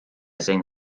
saying